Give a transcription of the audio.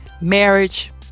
Marriage